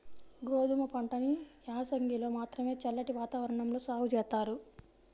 గోధుమ పంటని యాసంగిలో మాత్రమే చల్లటి వాతావరణంలో సాగు జేత్తారు